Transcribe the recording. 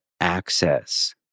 access